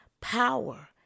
power